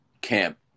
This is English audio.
camp